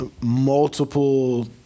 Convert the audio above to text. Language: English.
multiple